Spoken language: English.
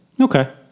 Okay